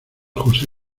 josé